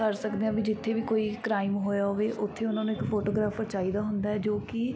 ਕਰ ਸਕਦੇ ਹਾਂ ਵੀ ਜਿੱਥੇ ਵੀ ਕੋਈ ਕ੍ਰਾਈਮ ਹੋਇਆ ਹੋਵੇ ਉੱਥੇ ਉਹਨਾਂ ਨੂੰ ਇੱਕ ਫੋਟੋਗ੍ਰਾਫਰ ਚਾਹੀਦਾ ਹੁੰਦਾ ਹੈ ਜੋ ਕਿ